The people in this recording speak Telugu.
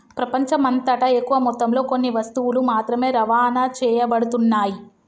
ప్రపంచమంతటా ఎక్కువ మొత్తంలో కొన్ని వస్తువులు మాత్రమే రవాణా చేయబడుతున్నాయి